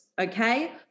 okay